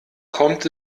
kommt